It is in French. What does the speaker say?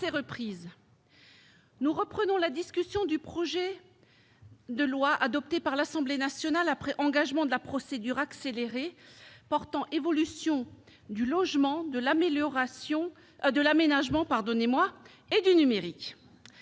reprise. Nous reprenons la discussion du projet de loi, adopté par l'Assemblée nationale après engagement de la procédure accélérée, portant évolution du logement, de l'aménagement et du numérique.